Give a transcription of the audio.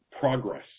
progress